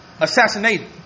Assassinated